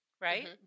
right